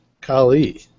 Kali